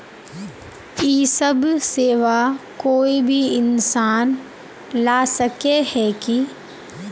इ सब सेवा कोई भी इंसान ला सके है की?